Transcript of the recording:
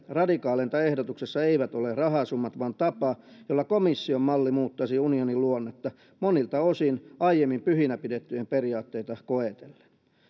radikaaleinta ehdotuksessa eivät ole rahasummat vaan tapa jolla komission malli muuttaisi unionin luonnetta monilta osin aiemmin pyhinä pidettyjä periaatteita koetellen